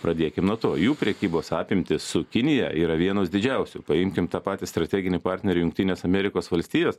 pradėkim nuo to jų prekybos apimtys su kinija yra vienos didžiausių paimkim tą patį strateginį partnerį jungtinės amerikos valstijos